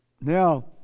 Now